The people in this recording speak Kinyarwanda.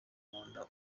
munda